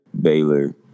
Baylor